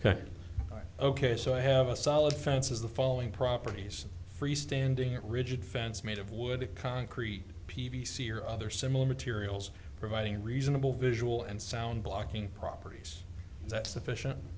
like ok so i have a solid fences the following properties freestanding rigid fence made of wood concrete p v c or other similar materials providing reasonable visual and sound blocking properties that sufficient